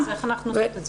מעולה, אז איך עושים את זה?